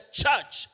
church